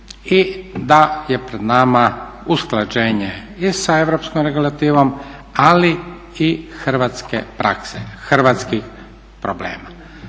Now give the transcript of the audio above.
i da je pred nama usklađenje i sa europskom regulativom, ali i hrvatske prakse, hrvatskih problema.